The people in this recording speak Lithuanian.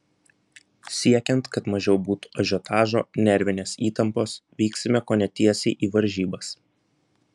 siekiant kad mažiau būtų ažiotažo nervinės įtampos vyksime kone tiesiai į varžybas